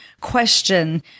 question